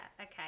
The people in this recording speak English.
okay